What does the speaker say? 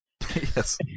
Yes